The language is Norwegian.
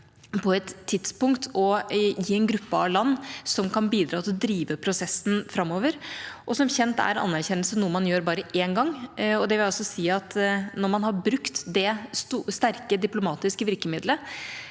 på et tidspunkt og i en gruppe av land som kan bidra til å drive prosessen framover. Som kjent er en anerkjennelse noe man gjør bare én gang; det vil si at når man har brukt dette sterke diplomatiske virkemidlet,